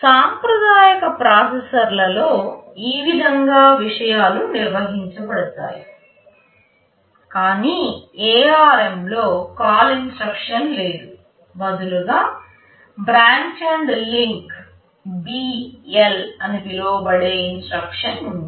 సాంప్రదాయిక ప్రాసెసర్లో ఈ విధంగా విషయాలు నిర్వహించబడతాయి కాని ARM లో CALL ఇన్స్ట్రక్షన్ లేదు బదులుగా బ్రాంచ్ అండ్ లింక్ BL అని పిలువబడే ఇన్స్ట్రక్షన్ ఉంది